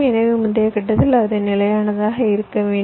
எனவே முந்தைய கட்டத்தில் அது நிலையானதாக இருக்க வேண்டும்